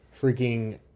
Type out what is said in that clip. freaking